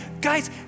guys